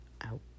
out